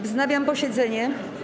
Wznawiam posiedzenie.